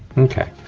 okay.